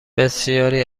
بسیاری